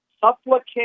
Supplicate